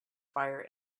fire